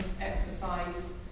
exercise